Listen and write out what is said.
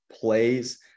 plays